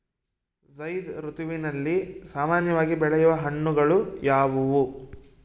ಝೈಧ್ ಋತುವಿನಲ್ಲಿ ಸಾಮಾನ್ಯವಾಗಿ ಬೆಳೆಯುವ ಹಣ್ಣುಗಳು ಯಾವುವು?